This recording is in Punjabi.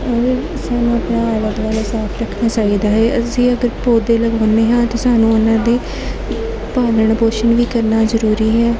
ਉਹਦੇ ਸਾਨੂੰ ਆਪਣਾ ਆਲਾ ਦੁਆਲਾ ਸਾਫ਼ ਰੱਖਣਾ ਚਾਹੀਦਾ ਹੈ ਅਸੀਂ ਅਗਰ ਪੌਦੇ ਲਗਾਉਂਦੇ ਹਾਂ ਤਾਂ ਸਾਨੂੰ ਉਨ੍ਹਾਂ ਦੀ ਪਾਲਣ ਪੋਸ਼ਣ ਵੀ ਕਰਨਾ ਜ਼ਰੂਰੀ ਹੈ